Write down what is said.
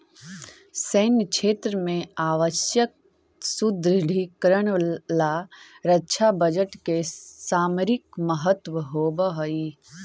सैन्य क्षेत्र में आवश्यक सुदृढ़ीकरण ला रक्षा बजट के सामरिक महत्व होवऽ हई